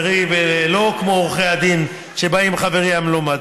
ולא כמו עורכי הדין שבאים עם חברי המלומד.